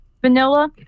Vanilla